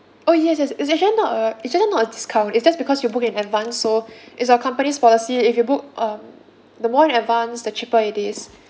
oh yes yes it's actually not a it's actually not a discount it's just because you book in advance so is our company's policy if you book um the more in advance the cheaper it is